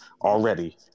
already